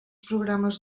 programes